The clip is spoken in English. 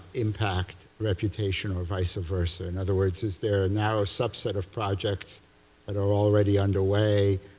impact reputation or vice versa? in other words, is there a narrow subset of projects that are already underway?